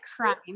crying